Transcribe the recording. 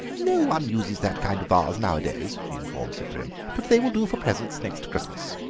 no one uses that kind of vase nowadays, she informed cyprian, but they will do for presents next christmas.